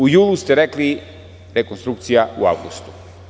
U julu ste rekli, rekonstrukcija u avgustu.